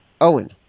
Owen